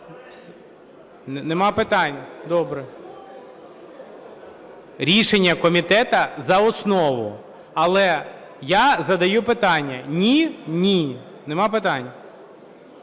Немає питань. Добре. Рішення комітету: за основу. Але я задаю питання. Ні? Ні. Нема питань.